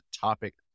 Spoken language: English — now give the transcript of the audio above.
topic